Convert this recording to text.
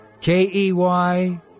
K-E-Y